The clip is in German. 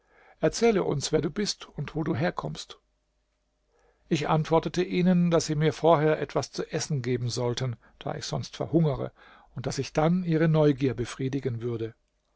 erzähle uns wer du bist und wo du herkommst ich antwortete ihnen daß sie mir vorher etwas zu essen geben sollten da ich sonst verhungere und daß ich dann ihre neugier befriedigen würde